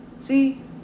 See